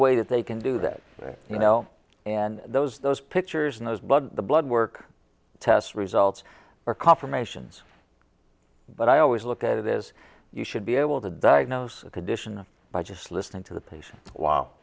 way that they can do that you know and those those pictures and those blood the blood work test results are confirmations but i always look at it as you should be able to diagnose a condition by just listening to the patient w